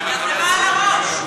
זה החמאה על הראש.